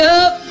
up